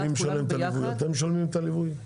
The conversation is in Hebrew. כולנו ביחד --- ומי משלם את הליווי?